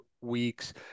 weeks